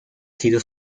sido